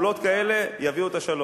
פעולות כאלה יביאו את השלום.